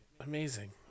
Amazing